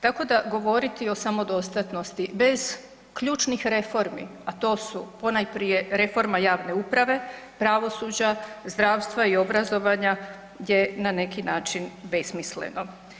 Tako da govoriti o samodostatnosti bez ključnih reformi a to su ponajprije reforma javne uprave, pravosuđa, zdravstva i obrazovanja je na neki način besmisleno.